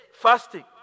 fasting